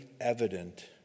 evident